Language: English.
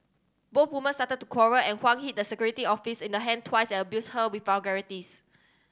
both women started to quarrel and Huang hit the security officer in the hand twice and abused her with vulgarities